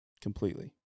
completely